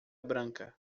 branca